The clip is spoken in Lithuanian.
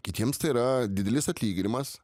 kitiems tai yra didelis atlyginimas